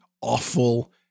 awful